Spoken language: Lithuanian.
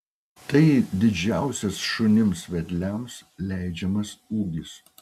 tai didžiausias šunims vedliams leidžiamas ūgis